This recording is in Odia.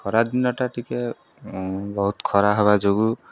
ଖରାଦିନଟା ଟିକେ ବହୁତ ଖରା ହବା ଯୋଗୁଁ